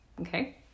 okay